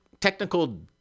technical